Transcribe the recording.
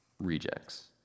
rejects